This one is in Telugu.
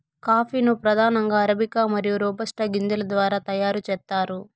కాఫీ ను ప్రధానంగా అరబికా మరియు రోబస్టా గింజల ద్వారా తయారు చేత్తారు